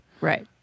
Right